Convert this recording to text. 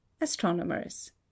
Astronomers